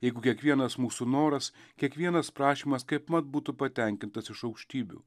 jeigu kiekvienas mūsų noras kiekvienas prašymas kaipmat būtų patenkintas iš aukštybių